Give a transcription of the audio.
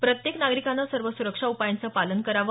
प्रत्येक नागरिकाने सर्व सुरक्षा उपायांचं पालन करावं